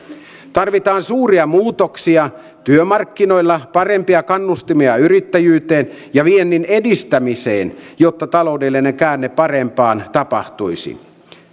tarvitaan suuria muutoksia työmarkkinoilla parempia kannustimia yrittäjyyteen ja viennin edistämiseen jotta taloudellinen käänne parempaan tapahtuisi